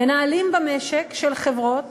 מנהלים במשק של חברות